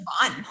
fun